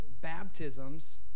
baptisms